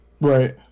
Right